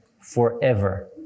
forever